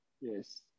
Yes